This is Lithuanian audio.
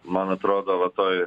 man atrodo va toj